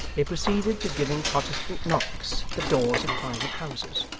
they proceeded to giving protestant knocks at the doors of private houses,